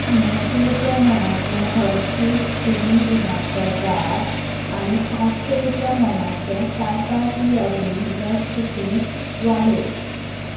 णवशें रुपया मोलाचें हर्शीज क्रिमी दुदाचो बार आनी आठशें रुपया मोलाचें Tata tea Agni dust tea वाडय